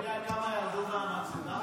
אתה יודע כמה ירדו מהמצבה?